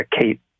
Kate